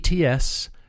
ATS